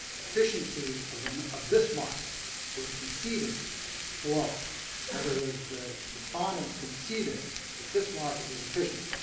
efficiency of um of this market was conceded below. in other words, the respondents conceded that this market was efficient?